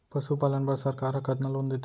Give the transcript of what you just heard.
पशुपालन बर सरकार ह कतना लोन देथे?